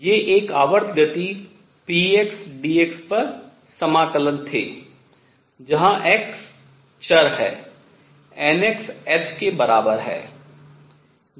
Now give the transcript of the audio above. ये एक आवर्त गति pxdx पर समाकलन थे जहां x चर है nx h के बराबर है